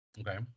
Okay